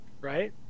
right